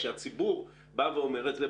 כשהציבור אומר את זה,